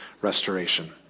restoration